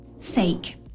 fake